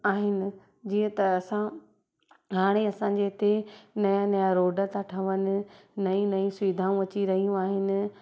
आहिनि जीअं त असां हाणे असांजे हिते नया नया रोड त ठहनि नईं नईं सुविधाऊं अची रहियूं आहिनि